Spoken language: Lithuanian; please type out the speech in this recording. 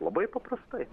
labai paprastai